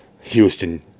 Houston